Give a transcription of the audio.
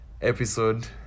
episode